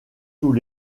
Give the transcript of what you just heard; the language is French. tous